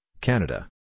Canada